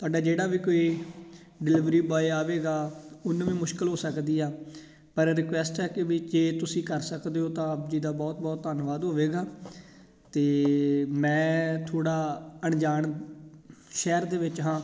ਤੁਹਾਡਾ ਜਿਹੜਾ ਵੀ ਕੋਈ ਡਿਲੀਵਰੀ ਬੋਆਏ ਆਵੇਗਾ ਉਹਨੂੰ ਵੀ ਮੁਸ਼ਕਿਲ ਹੋ ਸਕਦੀ ਆ ਪਰ ਰਿਕੁਐਸਟ ਹੈ ਕਿ ਵੀ ਜੇ ਤੁਸੀਂ ਕਰ ਸਕਦੇ ਹੋ ਤਾਂ ਆਪ ਜੀ ਦਾ ਬਹੁਤ ਬਹੁਤ ਧੰਨਵਾਦ ਹੋਵੇਗਾ ਅਤੇ ਮੈਂ ਥੋੜ੍ਹਾ ਅਣਜਾਣ ਸ਼ਹਿਰ ਦੇ ਵਿੱਚ ਹਾਂ